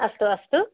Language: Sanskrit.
अस्तु अस्तु